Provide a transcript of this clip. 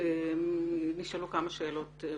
נשאלו כמה שאלות אתכם,